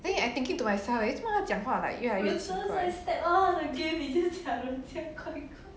then I thinking to myself eh 为什么他讲话 like 越来越奇怪